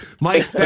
Mike